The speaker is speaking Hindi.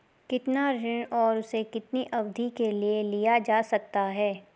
कितना ऋण और उसे कितनी अवधि के लिए लिया जा सकता है?